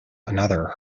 another